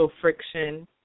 friction